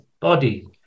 body